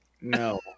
No